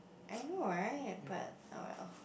I know right but oh well